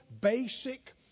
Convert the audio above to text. basic